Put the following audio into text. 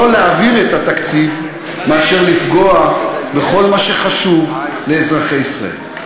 אני מעדיף לא להעביר את התקציב מאשר לפגוע בכל מה שחשוב לאזרחי ישראל.